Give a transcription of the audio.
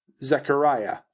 Zechariah